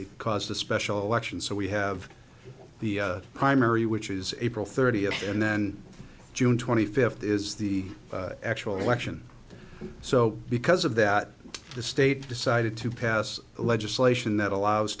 a special election so we have the primary which is april thirtieth and then june twenty fifth is the actual election so because of that the state decided to pass legislation that allows